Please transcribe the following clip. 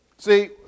See